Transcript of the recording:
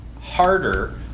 harder